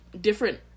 different